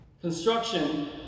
Construction